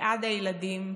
בעד הילדים,